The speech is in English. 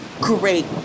great